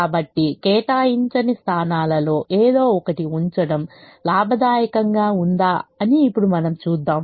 కాబట్టి కేటాయించని స్థానాలలో ఏదో ఒకటి ఉంచడం లాభదాయకంగా ఉందా అని ఇప్పుడు మనం చూద్దాం